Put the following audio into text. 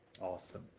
Awesome